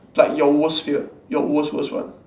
like your worst fear your worst worst one